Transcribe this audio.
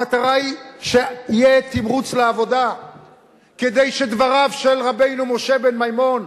המטרה היא שיהיה תמרוץ לעבודה כדי שדבריו של רבנו משה בן מימון,